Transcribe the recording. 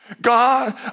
God